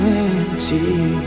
empty